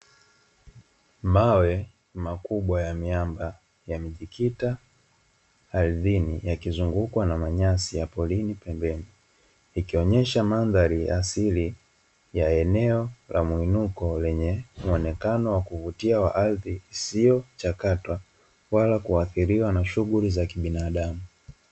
Mawe makubwa ya miamba yamejikita ardhini yakizungukwa na nyasi ya porini. Pembeni ikionyesha mandhari ya asili ya eneo la muinuko lenye muonekeno wa kuvutia wa ardhi, isiyochakatwa wala kuathiriwa na shughuli za kibinadamu.